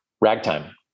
Ragtime